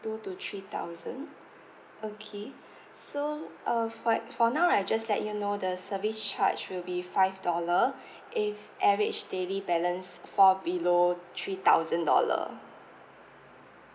two to three thousand okay so uh for for now I just let you know the service charge will be five dollar if average daily balance fall below three thousand dollar